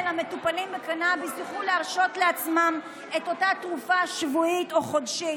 המטופלים בקנביס יוכלו להרשות לעצמם את אותה תרופה שבועית או חודשית.